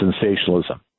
sensationalism